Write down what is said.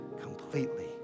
completely